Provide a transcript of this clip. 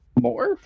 more